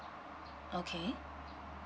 okay